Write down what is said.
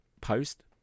post